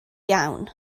iawn